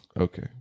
Okay